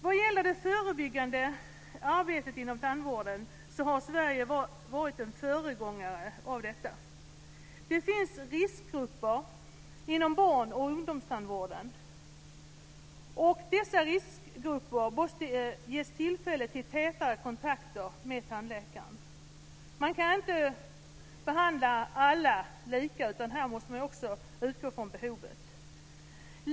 Vad gäller det förebyggande arbetet inom tandvården har Sverige varit en föregångare. Det finns riskgrupper inom barn och ungdomstandvården. Dessa riskgrupper måste ges tillfälle till tätare kontakter med tandläkaren. Man kan inte behandla alla lika; här måste man också utgå från behovet.